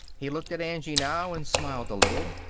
he looked at angie now and smiled a little.